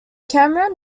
cameron